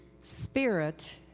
Spirit